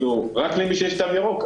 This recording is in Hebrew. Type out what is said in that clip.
רק למי שיש תו ירוק,